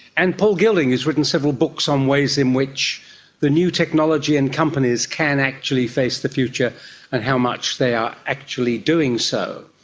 and paul gilding has written several books on ways in which the new technology and companies can actually face the future and how much they are actually doing so.